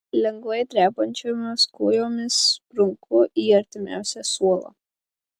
lengvai drebančiomis kojomis sprunku į artimiausią suolą